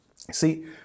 See